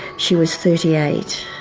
she was thirty eight.